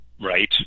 right